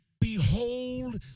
Behold